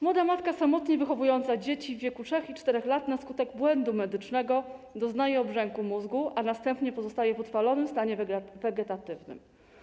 Młoda matka samotnie wychowująca dzieci w wieku 3 i 4 lat na skutek błędu medycznego doznaje obrzęku mózgu, a następnie pozostaje w utrwalonym stanie wegetatywnym.